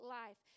life